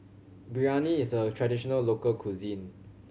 biryani is a traditional local cuisine